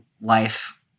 life